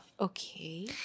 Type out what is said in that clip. Okay